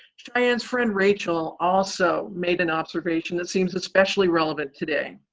sheyann's friend, rachel, also made an observation that seems especially relevant today.